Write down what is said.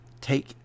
take